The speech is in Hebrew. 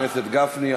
תודה, חבר הכנסת גפני.